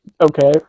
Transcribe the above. okay